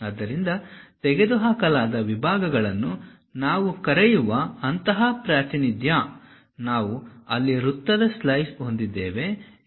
ಆದ್ದರಿಂದ ತೆಗೆದುಹಾಕಲಾದ ವಿಭಾಗಗಳನ್ನು ನಾವು ಕರೆಯುವ ಅಂತಹ ಪ್ರಾತಿನಿಧ್ಯ ನಾವು ಅಲ್ಲಿ ವೃತ್ತದ ಸ್ಲೈಸ್ ಹೊಂದಿದ್ದೇವೆ ಎಂದು ಅಲ್ಲ